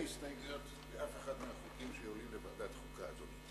אין הסתייגויות לאף אחד מהחוקים שעולים בוועדת החוקה הזאת.